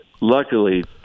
luckily